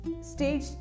stage